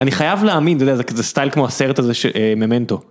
אני חייב להאמין, אתה יודע זה סטייל כמו הסרט הזה ממנטו.